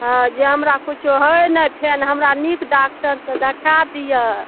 हँ जे हमरा किछु होय ने फेन हमरा नीक डाक्टरसँ देखाए दिअ